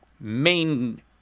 main